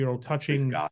touching –